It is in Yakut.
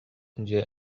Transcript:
дьиэ